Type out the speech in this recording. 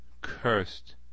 cursed